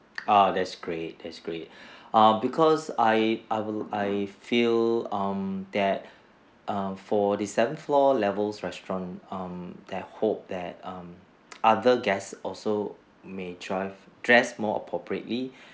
uh that's great that's great err because I I will I feel um that err for the seven floor levels restaurant um I hope that um other guests also may dres~ dress more appropriately